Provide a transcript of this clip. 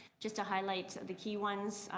just to highlight the key ones,